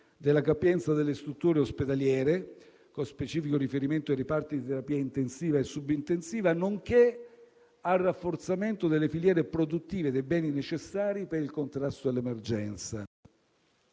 della capienza delle strutture ospedaliere, con specifico riferimento ai reparti di terapia intensiva e subintensiva, nonché al rafforzamento delle filiere produttive dei beni necessari per il contrasto all'emergenza.